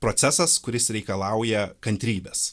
procesas kuris reikalauja kantrybės